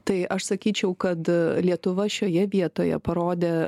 tai aš sakyčiau kad lietuva šioje vietoje parodė